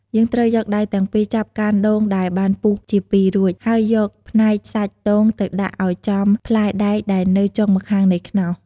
យើងត្រូវយកដៃទាំងពីរចាប់កាន់ដូងដែលបានពុះជាពីររួច ហើយយកផ្នែកសាច់ដូងទៅដាក់ឱ្យចំផ្លែដែកដែលនៅចុងម្ខាងនៃខ្នោស។